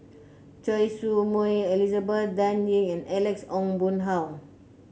Choy Su Moi Elizabeth Dan Ying and Alex Ong Boon Hau